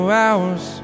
hours